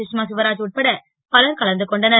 சுஸ்மா சுவராஜ் உட்பட பலர் கலந்து கொண்டனர்